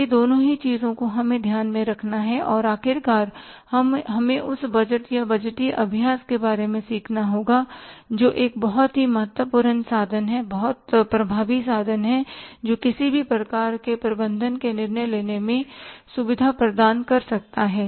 इसलिए दोनों ही चीजों को हमें ध्यान में रखना है और आखिरकार हमें उस बजट या बजटीय अभ्यास के बारे में सीखना होगा जो एक बहुत ही महत्वपूर्ण साधन है बहुत प्रभावी साधन है जो किसी भी प्रकार के प्रबंधन के निर्णय लेने में सुविधा प्रदान कर सकता है